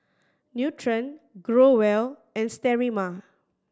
Nutren Growell and Sterimar